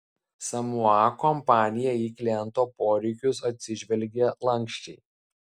samoa kompanija į kliento poreikius atsižvelgė lanksčiai